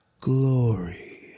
Glory